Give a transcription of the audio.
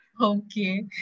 okay